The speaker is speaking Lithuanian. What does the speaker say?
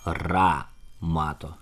ra mato